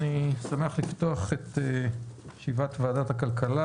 אני שמח לפתוח את ישיבת ועדת הכלכלה